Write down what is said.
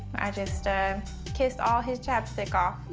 i just ah kissed all his chapstick off.